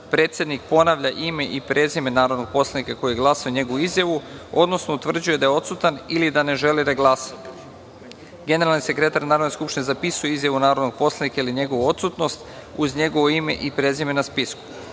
"uzdržan".Predsednik ponavlja ime i prezime narodnog poslanika ko je glasao, njegovu izjavu, odnosno utvrđuje da je odsutan ili da ne želi da glasa. Generalni sekretar Narodne skupštine zapisuje izjavu narodnog poslanika, ili njegovu odsutnost, uz njegovo ime i prezime na spisku. Odluka